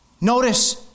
Notice